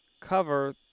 cover